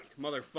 motherfucker